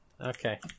Okay